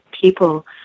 people